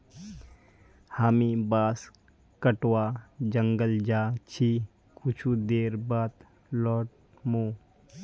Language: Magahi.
हामी बांस कटवा जंगल जा छि कुछू देर बाद लौट मु